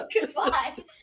Goodbye